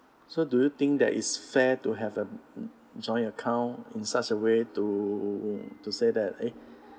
so do you think that it's fair to have a joint account in such a way to to say that eh